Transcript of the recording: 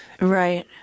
Right